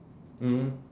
mm